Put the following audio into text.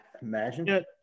Imagine